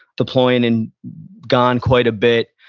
deploying and gone quite a bit.